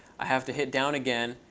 i have to hit down again,